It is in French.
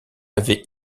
avait